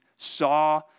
saw